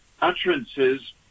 utterances